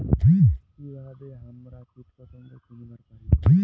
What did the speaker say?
কিভাবে হামরা কীটপতঙ্গ চিনিবার পারি?